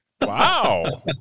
Wow